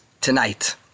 tonight